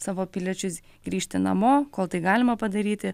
savo piliečius grįžti namo kol tai galima padaryti